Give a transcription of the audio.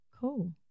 Cool